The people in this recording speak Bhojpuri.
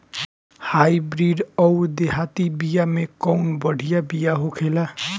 हाइब्रिड अउर देहाती बिया मे कउन बढ़िया बिया होखेला?